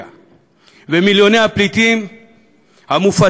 ומיליוני הפליטים הנוהרים לכל עבר,